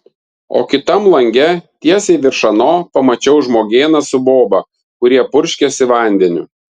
o kitam lange tiesiai virš ano pamačiau žmogėną su boba kurie purškėsi vandeniu